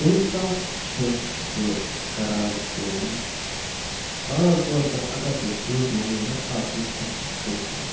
تَمہِ ساتہٕ چھُس بہٕ کَران کٲم عام طور پَر اَگر تُہۍ پوٚز مٲنِو نَہ آز چھَنہٕ فٕرسَت کٲنٛسی